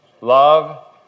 Love